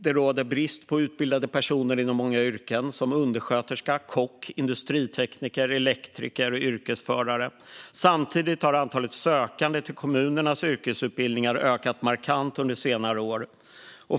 Det råder brist på utbildade personer inom många yrken, till exempel undersköterska, kock, industritekniker, elektriker och yrkesförare. Samtidigt har antalet sökande till kommunernas yrkesutbildningar ökat markant under senare år.